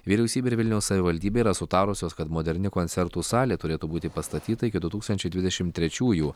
vyriausybė ir vilniaus savivaldybė yra sutarusios kad moderni koncertų salė turėtų būti pastatyta iki du tūkstančiai dvidešimt trečiųjų